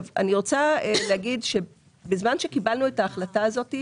אני רוצה להגיד שבזמן שקיבלנו את ההחלטה הזאת,